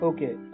Okay